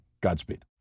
Godspeed